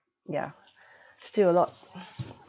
ya still a lot